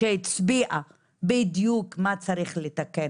שהצביעה בדיוק מה צריך לתקן.